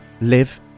live